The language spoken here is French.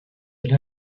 allé